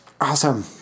awesome